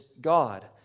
God